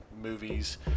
movies